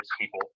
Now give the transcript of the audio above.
people